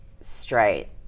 straight